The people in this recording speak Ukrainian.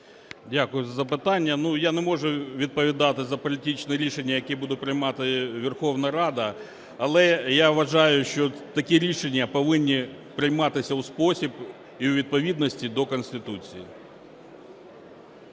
Дякую за запитання. Ну, я не можу відповідати за політичні рішення, які буде приймати Верховна Рада. Але я вважаю, що такі рішення повинні прийматися у спосіб і у відповідності до Конституції.